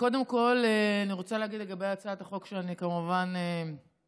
קודם כול אני רוצה להגיד לגבי הצעת החוק שאני כמובן תומכת.